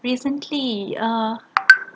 recently err